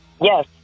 Yes